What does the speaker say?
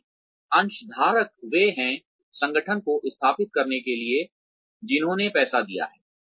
क्योंकि अंशधारक वे हैंसंगठन को स्थापित करने के लिए जिन्होंने पैसा दिया है